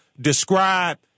describe